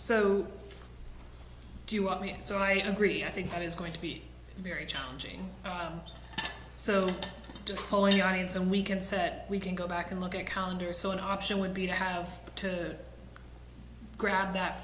so do you want me and so i agree i think that is going to be very challenging so just telling your audience and we can set we can go back and look at calendar so an option would be to have to grab that